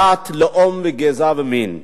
דת, לאום, גזע ומין.